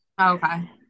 Okay